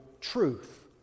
truth